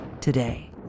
today